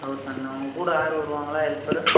thousand உங்கள் கூட யார் வருவங்களா ஹெல்பரு